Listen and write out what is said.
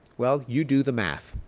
well, you do the math.